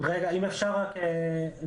אני אענה לשאלה